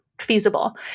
feasible